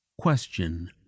Question